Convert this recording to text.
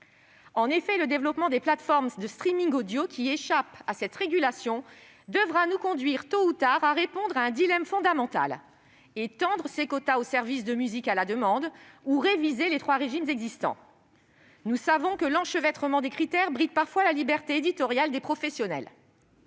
En effet, le développement des plateformes de audio, qui échappent à cette régulation, devra nous conduire tôt ou tard à répondre à un dilemme fondamental : étendre ces quotas au service de musique à la demande ou réviser les trois régimes existants. Nous savons que l'enchevêtrement des critères bride parfois la liberté éditoriale des professionnels.